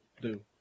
blue